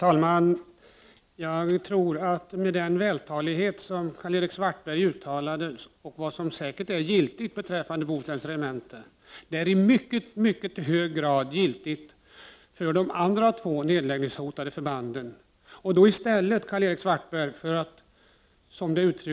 Herr talman! Det som Karl-Erik Svartberg med stor vältalighet utvecklade för Bohusläns regementes räkning är i mycket hög grad giltigt även för de andra två nedläggningshotade förbanden. Karl-Erik Svartberg, hur vore det att i stället för att beklaga att det nuinte Prot.